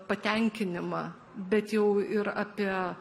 patenkinimą bet jau ir apie